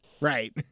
Right